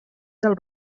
del